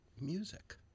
music